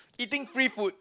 eating free food